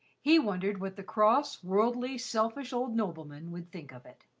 he wondered what the cross, worldly, selfish old nobleman would think of it.